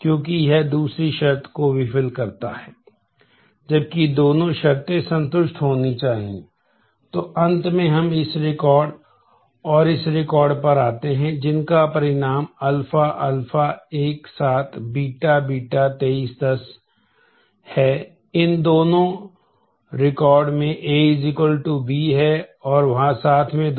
क्योंकि A alpha में D 5